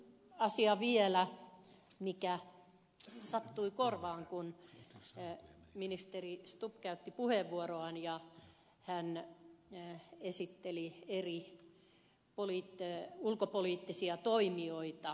toinen asia vielä mikä sattui korvaan kun ministeri stubb käytti puheenvuoroaan ja esitteli eri ulkopoliittisia toimijoita